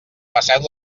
passeu